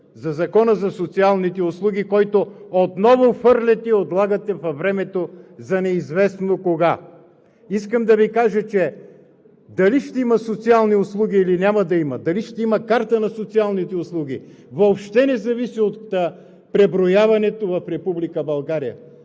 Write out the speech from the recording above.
за Закона за социалните услуги, който отново хвърляте и отлагате във времето за неизвестно кога. Искам да Ви кажа – дали ще има социални услуги, или няма да има, дали ще има карта на социалните услуги, въобще не зависи от преброяването в Република България,